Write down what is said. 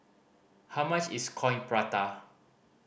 how much is Coin Prata